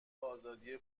آزادی